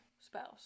spouse